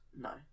No